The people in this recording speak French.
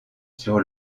sur